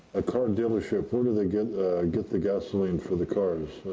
a car and dealership, where do they get get the gasoline for the cars?